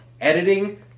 Editing